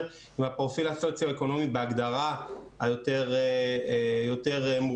עם פרופיל סוציו-אקונומי בהגדרה יותר מורכב,